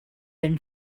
been